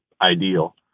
ideal